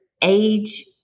age